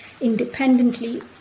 independently